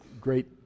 great